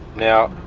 now,